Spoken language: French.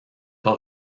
pas